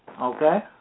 okay